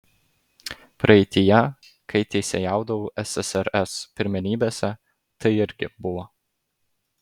praeityje kai teisėjaudavau ssrs pirmenybėse tai irgi buvo